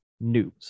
news